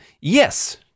Yes